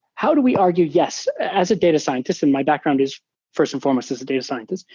how do we argue, yes, as a data scientist and my background is first and foremost as a data scientist.